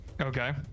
okay